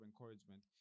encouragement